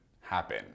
happen